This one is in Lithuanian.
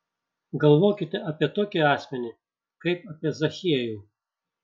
galvokite apie tokį asmenį kaip apie zachiejų